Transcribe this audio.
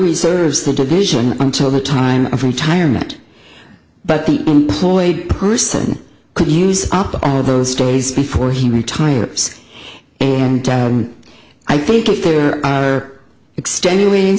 reserves the division until the time of retirement but the employ of person could use up all those stories before he retires and i think if there are extenuating